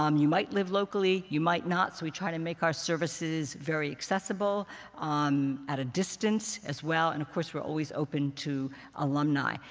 um you might live locally. you might not. so we try to make our services very accessible um um at a distance, as well. and of course, we're always open to alumni.